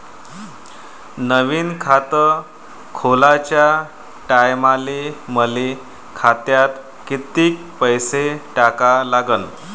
नवीन खात खोलाच्या टायमाले मले खात्यात कितीक पैसे टाका लागन?